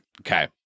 Okay